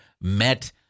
met